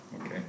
okay